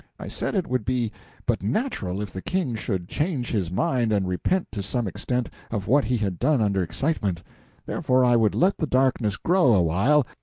i said it would be but natural if the king should change his mind and repent to some extent of what he had done under excitement therefore i would let the darkness grow a while,